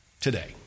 today